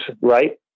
right